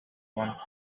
one